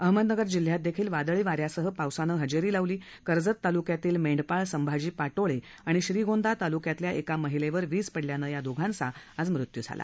अहमदनगर जिल्ह्यात देखील वादळीवा यासह पाव्सानं हजेरी लावली कर्जत तालुक्यातील मेंढपाळ संभाजी पाटोळे आणि श्रीगोंदा तालुक्यातल्या एका महिलेवर वीज पडल्यानं या दोघांचा मृत्यू झाला